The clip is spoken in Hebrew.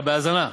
אתה בהאזנה?